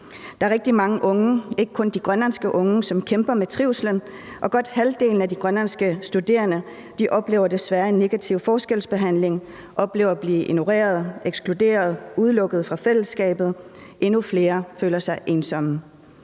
Der er rigtig mange unge – og ikke kun de grønlandske unge – som kæmper med trivslen. Godt halvdelen af de grønlandske studerende oplever desværre negativ forskelsbehandling; de oplever at blive ignoreret, ekskluderet og udelukket fra fællesskabet. Endnu flere føler sig ensomme.